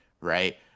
right